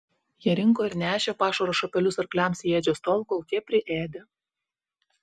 jie rinko ir nešė pašaro šapelius arkliams į ėdžias tol kol tie priėdė